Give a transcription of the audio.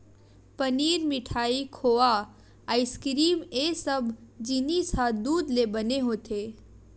पनीर, मिठाई, खोवा, आइसकिरिम ए सब जिनिस ह दूद ले बने होथे